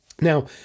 Now